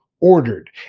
ordered